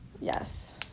Yes